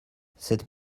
cette